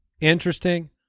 interesting